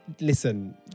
listen